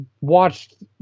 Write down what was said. watched